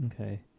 Okay